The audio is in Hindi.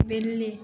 बिल्ली